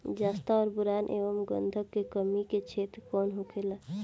जस्ता और बोरान एंव गंधक के कमी के क्षेत्र कौन होखेला?